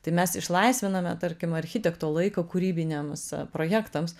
tai mes išlaisviname tarkim architekto laiką kūrybiniams projektams